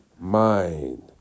mind